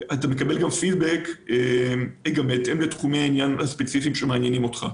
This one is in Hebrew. אתה גם מקבל פידבק בהתאם לתחומי העניין הספציפיים שמעניינים אותך.